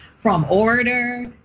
from order,